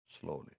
slowly